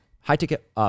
high-ticket